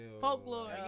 Folklore